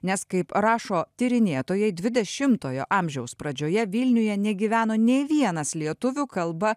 nes kaip rašo tyrinėtojai dvidešimtojo amžiaus pradžioje vilniuje negyveno nei vienas lietuvių kalba